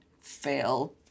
fail